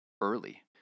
early